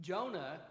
Jonah